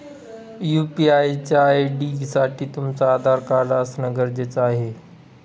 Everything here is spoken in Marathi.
यू.पी.आय च्या आय.डी साठी तुमचं आधार कार्ड असण गरजेच आहे